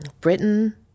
Britain